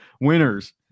winners